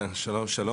שלום.